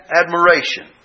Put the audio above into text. admiration